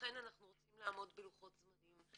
לכן אנחנו רוצים לעמוד בלוחות זמנים,